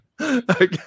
Okay